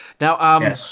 Now